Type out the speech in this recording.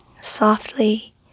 Softly